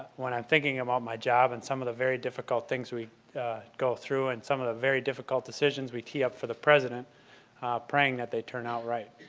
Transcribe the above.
when i'm thinking about my job and some of the very difficult things we go through and some of the very difficult decisions we tee up for the president praying that they turn out right.